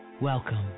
Welcome